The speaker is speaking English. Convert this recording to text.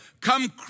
come